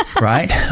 Right